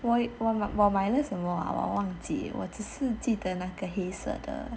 我买哪一种啊我忘记我只是记得那个黑色的